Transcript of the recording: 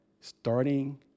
starting